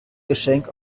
geschenk